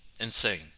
insane